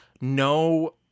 no